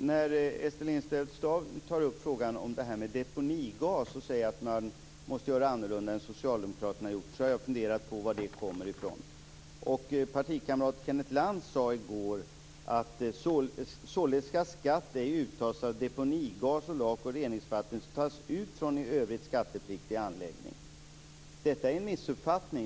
Ester Lindstedt Staaf tar upp frågan om deponigas och säger att man måste göra annorlunda än vad socialdemokraterna har gjort. Jag har funderat över var det kommer ifrån. Partikamraten Kenneth Lantz sade i går: "Således skall skatt ej uttas av deponigas och lak och reningsvatten som tas ut från en i övrigt skattepliktig anläggning." Detta är en missuppfattning.